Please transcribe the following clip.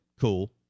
Cool